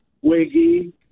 Wiggy